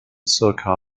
circa